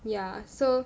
ya so